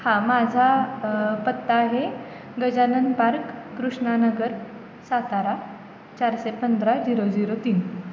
हां माझा पत्ता आहे गजानन पार्क कृष्णानगर सातारा चारशे पंधरा झिरो झिरो तीन